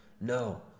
No